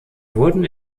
wurden